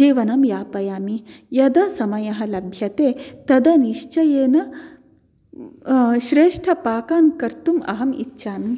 जीवनं यापयामि यदा समयः लभ्यते तदा निश्चयेन श्रेष्ठपाकान् कर्तुं अहम् इच्छामि